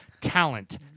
talent